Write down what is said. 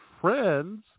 friends